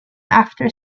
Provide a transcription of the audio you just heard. after